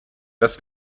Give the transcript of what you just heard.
das